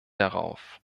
darauf